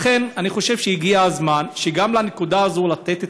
לכן אני חושב שהגיע הזמן גם בנקודה הזאת לתת את